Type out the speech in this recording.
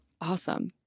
awesome